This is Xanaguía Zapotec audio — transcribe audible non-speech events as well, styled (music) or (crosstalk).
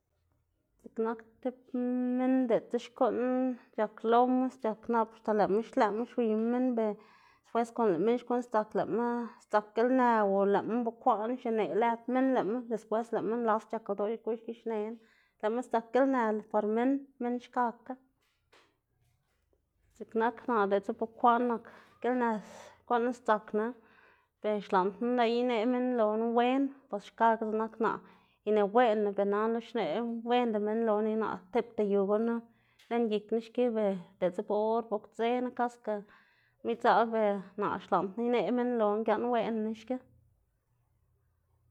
Ziꞌk nak tib minn diꞌltsa xkuꞌn c̲h̲ak loma c̲h̲ak nap axta lëꞌma xwiyma minn ber después konde lëꞌ minn xkuꞌn sddzak lëꞌma sdzak gilnë o lëꞌma bukwaꞌn xineꞌ lëd minn lëꞌma, después lëꞌma nlas c̲h̲ak ldoꞌ xneꞌ xkuꞌn xki xneꞌná, lëꞌma sdzak gilnë par minn, minn xkakga. (noise) ziꞌk nak naꞌ diꞌltsa bukwaꞌn nak (noise) gilnë guꞌn sdzaknu ber xlaꞌndná leꞌy ineꞌ minn loná wen bos xkakga x̱iꞌk nak naꞌ ineweꞌnná, ver nana xneꞌwenda minn loná nika naꞌ tipta yu gunu (noise) lën gikná xki ber diꞌltsa bo or bok dzena kaske lëꞌma idzaꞌl ber naꞌ xlaꞌndná ineꞌ minn loná giaꞌnweꞌnná xki.